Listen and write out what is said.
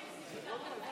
שעה),